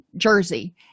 Jersey